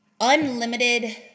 unlimited